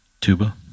tuba